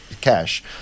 cash